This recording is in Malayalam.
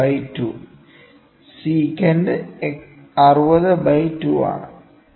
25 ബൈ 2 സിക്കന്റ് 60 ബൈ 2 ആണ്